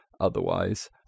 otherwise